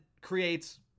creates